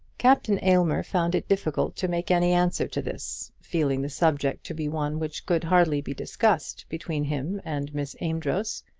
captain aylmer found it difficult to make any answer to this, feeling the subject to be one which could hardly be discussed between him and miss amedroz.